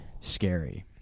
scary